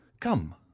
Come